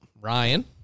Ryan